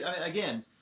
again